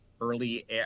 early